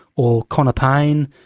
or connor pain,